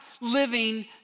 living